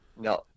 No